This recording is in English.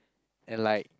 and like